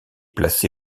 placé